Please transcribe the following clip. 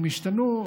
אם ישתנו,